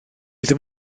ddim